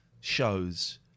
shows